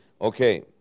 Okay